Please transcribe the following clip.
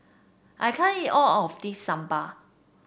I can't eat all of this sambal